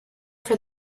for